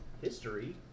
history